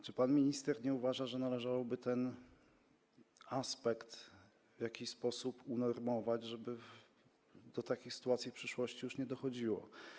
Czy pan minister nie uważa, że należałoby ten aspekt w jakiś sposób unormować, żeby do takich sytuacji w przyszłości już nie dochodziło?